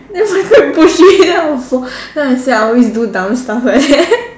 then my push me then I will fall then I'll say I always do dumb stuffs